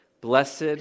blessed